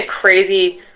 crazy